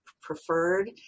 preferred